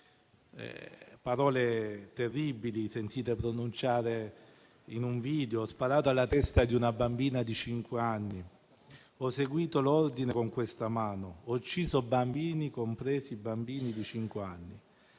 parole terribili, sentite pronunciare in un video: «Ho sparato alla testa di una bambina di cinque anni. Ho eseguito l'ordine con questa mano, ho ucciso i bambini, compresi bambini di cinque